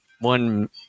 one